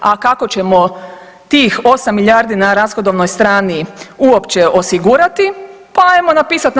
A kako ćemo tih 8 milijardi na rashodovnoj strani uopće osigurati, pa hajmo napisati na